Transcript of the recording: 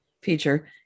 feature